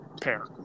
pair